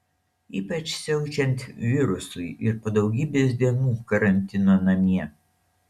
ypač siaučiant virusui ir po daugybės dienų karantino namie